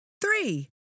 Three